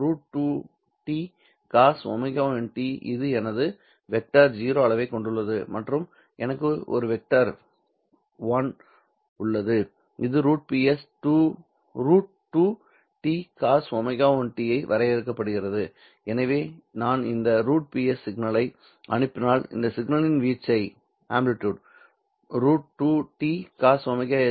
√2T cosω1t இது எனது வெக்டர் 0 அளவைக் கொண்டுள்ளது மற்றும் எனக்கு ஒரு வெக்டர் 1 உள்ளது இது √Ps √2T cosω1t என வரையறுக்கப்படுகிறது எனவே நான் இந்த √Ps சிக்னலை அனுப்பினால் இந்த சிக்னலின் வீச்சை √2T